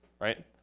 right